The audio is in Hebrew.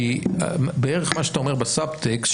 כי בערך מה שאתה אומר בסב טקסט,